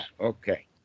Okay